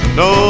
no